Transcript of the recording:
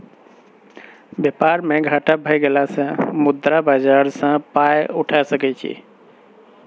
बेपार मे घाटा भए गेलासँ मुद्रा बाजार सँ पाय उठा सकय छी